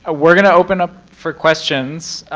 ah we're gonna open up for questions.